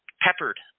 peppered